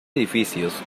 edificios